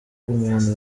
umuntu